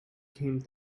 came